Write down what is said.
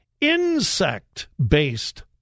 insect-based